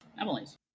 Emily's